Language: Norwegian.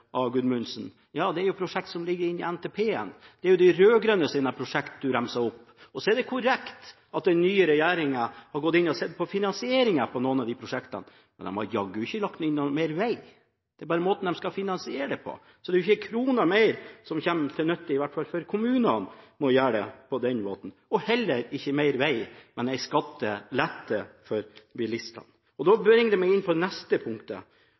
Gudmundsen ramset opp mange prosjekter, men det er prosjekter som ligger i NTP-en. Det er de rød-grønnes prosjekter han ramset opp. Det er korrekt at den nye regjeringen har gått inn og sett på finanseringen av noen av de prosjektene, men de har jaggu ikke lagt inn noe mer til veg – det er bare måten de skal finansiere dette på. Det er ikke en krone mer som kommer til nytte for kommunene når man gjør det på den måten. Det blir heller ikke mer veg, men en skattelette for bilistene. Det bringer meg inn på det neste punktet.